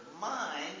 mind